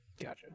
Gotcha